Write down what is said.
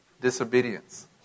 disobedience